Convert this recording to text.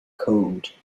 code